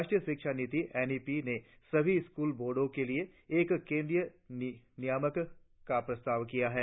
राष्ट्रीय शिक्षा नीति एन ई पी ने सभी स्कूल बोर्डो के लिए एक केंद्रीय नियामक का प्रस्ताव किया है